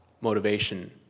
motivation